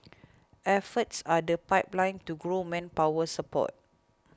efforts are the pipeline to grow manpower support